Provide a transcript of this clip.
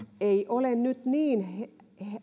ei ole nyt niin